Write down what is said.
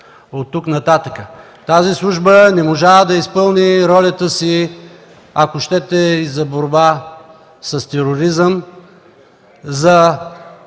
от тук нататък. Тази служба не можа да изпълни ролята си, ако щете, за борба с тероризъм, да